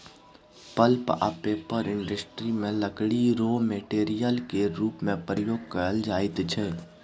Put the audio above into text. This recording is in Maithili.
पल्प आ पेपर इंडस्ट्री मे लकड़ी राँ मेटेरियल केर रुप मे प्रयोग कएल जाइत छै